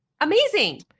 amazing